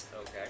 Okay